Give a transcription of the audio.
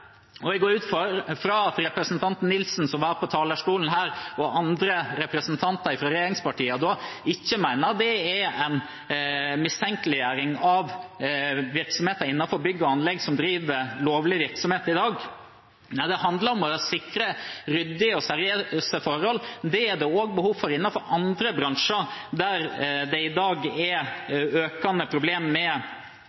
og jeg går ut fra at representanten Nilsen, som var på talerstolen her, og andre representanter fra regjeringspartiene ikke mener det er en mistenkeliggjøring av virksomheter innenfor bygg og anlegg som driver lovlig virksomhet i dag. Nei, det handler om å sikre ryddige og seriøse forhold. Det er det også behov for innenfor andre bransjer der det i dag er